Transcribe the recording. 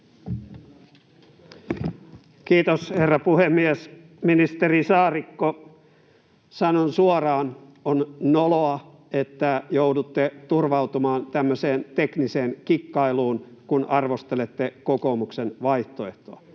Kiitos, herra puhemies! Ministeri Saarikko, sanon suoraan: On noloa, että joudutte turvautumaan tämmöiseen tekniseen kikkailuun, kun arvostelette kokoomuksen vaihtoehtoa.